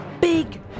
big